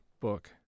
book